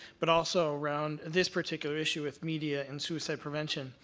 but also around this particular issue with media and suicide prevention